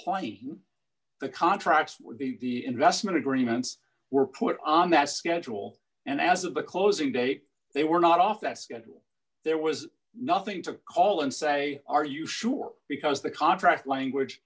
the contracts would be the investment agreements were put on that schedule and as of the closing date they were not off that schedule there was nothing to call and say are you sure because the contract language